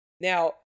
Now